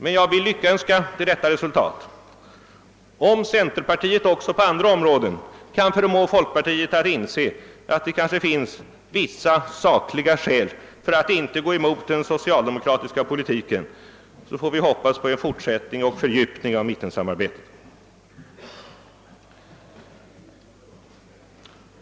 Jag vill emellertid lyckönska till detta resultat. Om centerpartiet också på andra områden kan förmå folkpartiet att inse att det kanske kan finnas vissa skäl för att inte gå emot den socialdemokratiska politiken, så får vi hoppas på en fortsättning och en fördjupning av mittensamarbetet.